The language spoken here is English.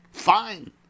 fine